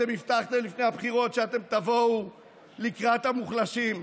אתם הבטחתם לפני הבחירות שאתם תבואו לקראת המוחלשים.